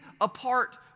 apart